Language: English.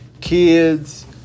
kids